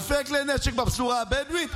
אלפי כלי נשק בפזורה הבדווית,